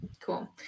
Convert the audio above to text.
Cool